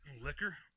Liquor